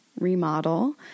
Remodel